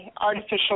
artificial